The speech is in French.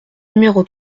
numéro